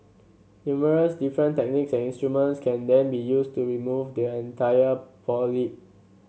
numerous different techniques and instruments can then be used to remove the entire polyp